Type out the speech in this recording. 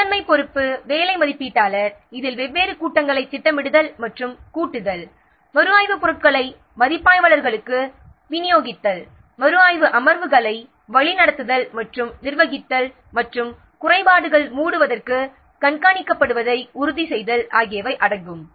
முதன்மை பொறுப்பு வேலை மதிப்பீட்டாளர் இதில் வெவ்வேறு கூட்டங்களை திட்டமிடுதல் மற்றும் கூட்டுதல் மறுஆய்வுப் பொருட்களை மதிப்பாய்வாளர்களுக்கு விநியோகித்தல் மறுஆய்வு அமர்வுகளை வழிநடத்துதல் மற்றும் நிர்வகித்தல் மற்றும் குறைபாடுகள் மூடுவதற்கு கண்காணிக்கப்படுவதை உறுதி செய்தல் ஆகியவை அடங்கும்